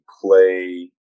play